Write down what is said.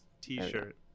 t-shirt